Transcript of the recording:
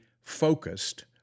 focused